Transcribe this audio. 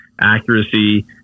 Accuracy